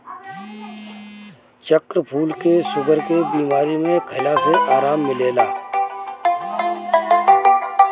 चक्रफूल के शुगर के बीमारी में खइला से आराम मिलेला